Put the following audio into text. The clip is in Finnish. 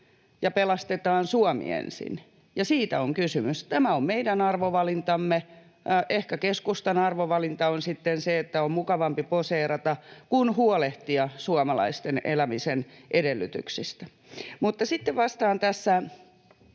ja ”pelastetaan Suomi ensin”, ja siitä on kysymys. Tämä on meidän arvovalintamme. Ehkä keskustan arvovalinta on sitten se, että on mukavampi poseerata kuin huolehtia suomalaisten elämisen edellytyksistä. Sitten vastaan tässä